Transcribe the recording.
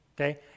okay